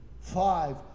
Five